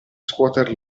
scuoter